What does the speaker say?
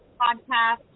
podcast